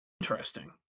Interesting